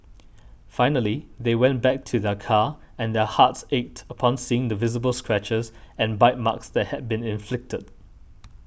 finally they went back to their car and their hearts ached upon seeing the visible scratches and bite marks that had been inflicted